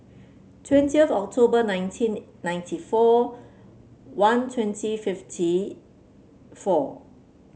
twentieth October nineteen ninety four one twenty fifty four